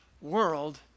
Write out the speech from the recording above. world